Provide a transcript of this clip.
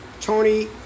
Tony